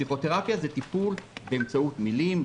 פסיכותרפיה היא טיפול באמצעות מילים,